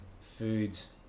foods